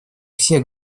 все